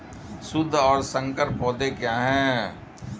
शुद्ध और संकर पौधे क्या हैं?